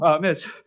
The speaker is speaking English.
miss